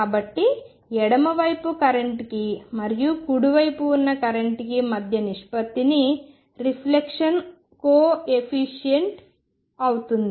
కాబట్టి ఎడమ వైపు కరెంట్కి మరియు కుడి వైపు ఉన్న కరెంట్కి మధ్య నిష్పత్తిని రిఫ్లెక్షన్ కోయెఫిషియంట్ ప్రతిబింబ గుణకం అవుతుంది